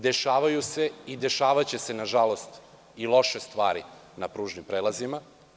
Dešavaju se i dešavaće se nažalost i loše stvari na pružnim prelazima.